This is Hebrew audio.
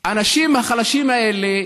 האנשים החלשים האלה,